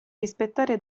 rispettare